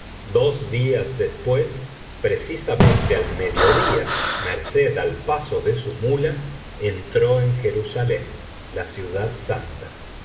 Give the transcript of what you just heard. dos días después precisamente al mediodía merced al paso de su muía entró en jerusalén la ciudad santa